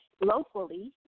locally